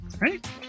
Right